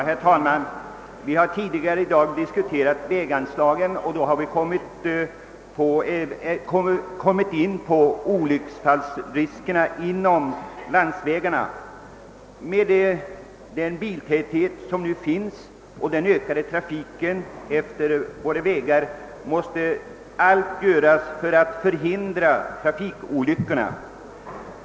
Herr talman! Vi har tidigare i dag diskuterat väganslagen och kommit in på olycksfallsriskerna på landsvägarna. Med den biltäthet som nu finns och den ökade trafiken på våra vägar måste allt göras för att förhindra trafikolyckor.